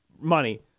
money